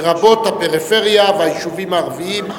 לרבות תושבי הפריפריה והיישובים הערביים.